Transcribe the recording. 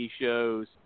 shows